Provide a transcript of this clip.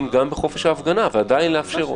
גם בחופש ההפגנה ועדיין לאפשר אותה.